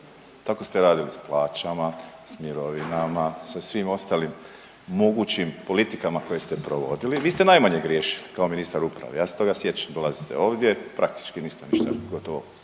Tako ste radili s plaćama, s mirovinama, sa svim ostalim mogućim politikama koje ste provodili, vi ste najmanje griješili kao ministar uprave, ja se toga sjećam, dolazite ovdje, praktički niste ništa gotovo